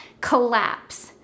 collapse